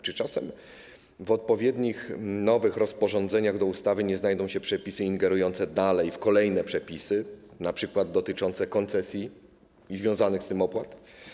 Czy czasem w odpowiednich nowych rozporządzeniach do ustawy nie znajdą się przepisy ingerujące dalej, w kolejne przepisy, np. dotyczące koncesji i związanych z tym opłat?